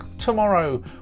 tomorrow